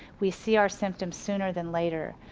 we see our symptoms sooner than later.